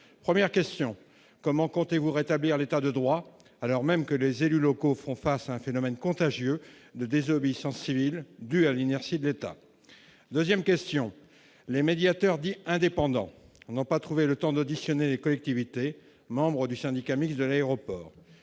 premières question : comment comptez-vous rétablir l'État de droit, alors même que les élus locaux font face à un phénomène contagieux de désobéissance civile du à l'inertie de l'État 2ème question les médiateurs dits indépendants n'ont pas trouvé le temps d'auditionner collectivités, membre du syndicat mixte de l'aéroport,